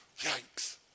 yikes